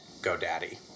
GoDaddy